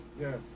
yes